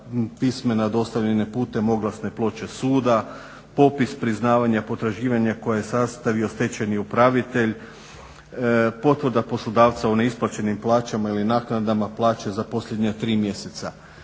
pismena dostavljne putem oglasne ploče suda, popis priznavanja potraživanja koje je sastavio stečajni upravitelj, potvrda poslodavca o neisplaćenim plaćama ili naknadama plaća za posljednja tri mjeseca.